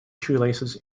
shoelaces